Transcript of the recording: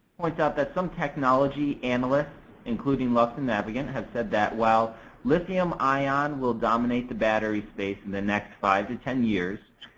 points out that some technology analysis and ah including lux and navigant have said that while lithium-ion will dominate the battery space in the next five to ten years,